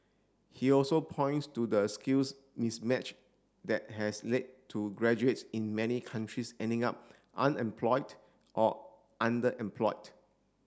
he also points to the skills mismatch that has led to graduates in many countries ending up unemployed or underemployed